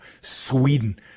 Sweden